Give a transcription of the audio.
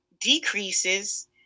decreases